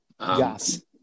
yes